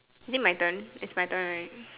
is it my turn it's my turn right